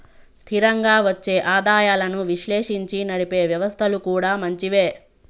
స్థిరంగా వచ్చే ఆదాయాలను విశ్లేషించి నడిపే వ్యవస్థలు కూడా మంచివే